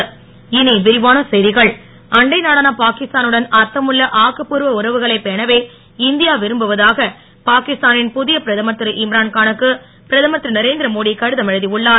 மோடி கடிதம் அண்டை நாடான பாகிஸ்தானுடன் அர்த்தமுன்ள ஆக்கப்பூர்வ உறவுகளைப் பேணவே இந்தியா விரும்புவதாக பாகிஸ்தானின் புதிய பிரதமர் திரு இம்ரான் கானுக்கு பிரதமர் திரு நரேந்திரமோடி கடிதம் எழுதி உள்ளார்